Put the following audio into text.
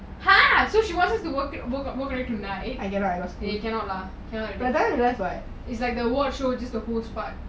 !huh! so she wants us to work work work on it tonight eh cannot lah it's like the watch show just the host part